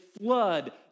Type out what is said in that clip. flood